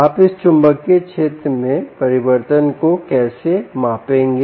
आप इस चुंबकीय क्षेत्र में परिवर्तन को कैसे मापेंगे